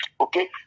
Okay